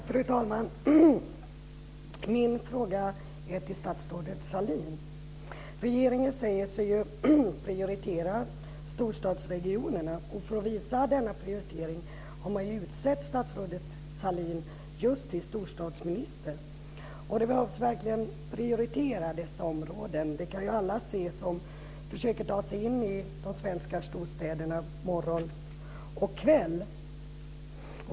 Fru talman! Min fråga är till statsrådet Sahlin. Regeringen säger sig ju prioritera storstadsregionerna. För att visa denna prioritering har man utsett statsrådet Sahlin just till storstadsminister. Dessa områden behöver verkligen prioriteras. Det kan alla se som försöker ta sig in i de svenska storstäderna morgon och kväll.